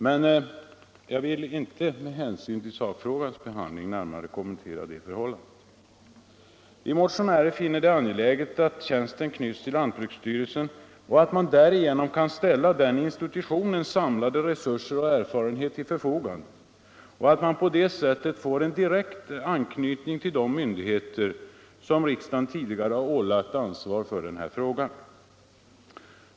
Jag vill emellertid inte med hänsyn till sakfrågans handläggning närmare kommentera det förhållandet. Vi motionärer finner det angeläget att tjänsten knyts till lantbruksstyrelsen, att man därigenom ställer den institutionens samlade resurser och erfarenheter till förfogande och att man på så sätt får en direkt anknytning till de myndigheter som riksdagen tidigare ålagt ansvar för denna fråga.